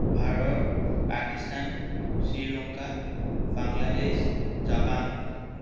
Bharat Pakistan Sri Lanka Bangladesh Japan